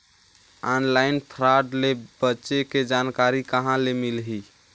Online fraud ले बचे के जानकारी कहां ले मिलही?